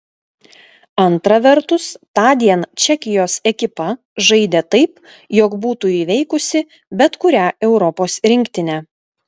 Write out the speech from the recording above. antra vertus tądien čekijos ekipa žaidė taip jog būtų įveikusi bet kurią europos rinktinę